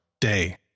Day